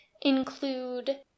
include